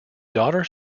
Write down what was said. daughter